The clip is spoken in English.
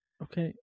Okay